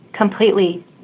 completely